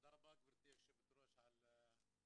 תודה רבה, גברתי היושבת ראש, על היוזמה,